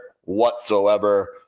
whatsoever